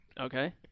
Okay